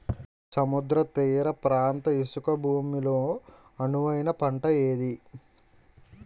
సముద్ర తీర ప్రాంత ఇసుక భూమి లో అనువైన పంట ఏది?